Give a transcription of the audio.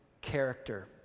character